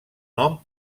nom